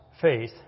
faith